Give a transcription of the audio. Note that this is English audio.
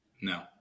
No